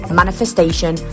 manifestation